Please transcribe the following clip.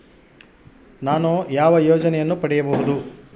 ನಾನು ಯಾವ ಯೋಜನೆಯನ್ನು ಪಡೆಯಬಹುದು?